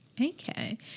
Okay